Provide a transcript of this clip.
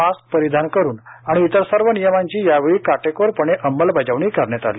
mask परिधान करून आणि इतर सर्व नियमांची यावेळी काटेकोरपणे अंमलबजावणी करण्यात आली